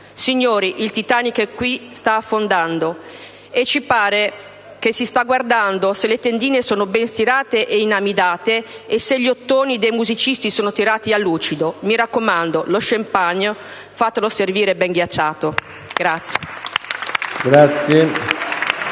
Signori, il Titanic è qui e sta affondando, e ci pare che si stia guardando se le tendine sono ben stirate e inamidate e se gli ottoni dei musicisti sono tirati a lucido. Mi raccomando, lo *champagne* fatelo servire ben ghiacciato!